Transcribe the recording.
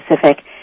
Pacific